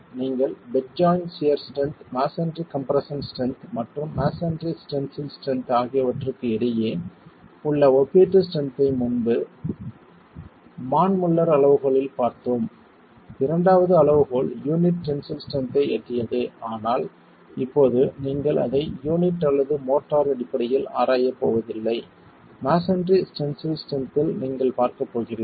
நீங்கள் bed joint shear strength masonry compression strength மற்றும் masonry tensile strength ஆகியவற்றுக்கு இடையே உள்ள ஒப்பீட்டு ஸ்ட்ரென்த் ஐ முன்பு மான் முல்லர் அளவுகோலில் பார்த்தோம் இரண்டாவது அளவுகோல் யூனிட் டென்சில் ஸ்ட்ரென்த் ஐ எட்டியது ஆனால் இப்போது நீங்கள் அதை யூனிட் அல்லது மோர்ட்டார் அடிப்படையில் ஆராயப் போவதில்லை மஸோன்றி டென்சில் ஸ்ட்ரென்த் இல் நீங்கள் பார்க்கப் போகிறீர்கள்